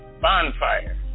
bonfire